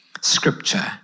Scripture